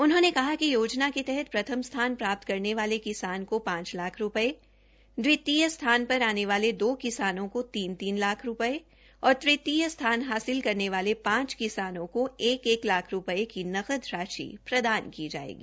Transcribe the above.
उन्होंने कहा कि योनजा के तहत प्रथम स्थान प्राप्त करने वाले किसान को पांच लाख दवितीय स्थान पर आने वाले दो किसानों को तीन तीन लाख और तृतीय स्थान हासिल करने वाले पांच किसानों को एक एक लख रूपये की नकद राशि प्रदान की जायेगी